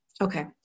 Okay